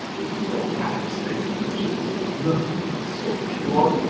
there is no matter-state to touch this, there is nothing, it's so pure.